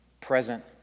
present